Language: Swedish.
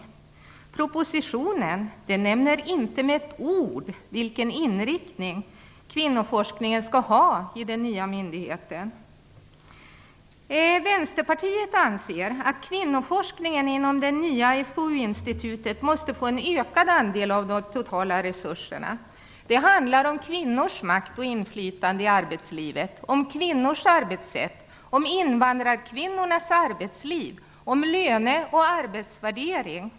Men i propositionen nämner man inte med ett enda ord vilken inriktning kvinnoforskningen skall ha i den nya myndigheten. Vi i Vänsterpartiet anser att kvinnoforskningen inom det nya FoU-institutet måste få en ökad andel av de totala resurserna. Det handlar om kvinnors makt och inflytande i arbetslivet, om kvinnors arbetssätt, om invandrarkvinnornas arbetsliv och om löne och arbetsvärdering.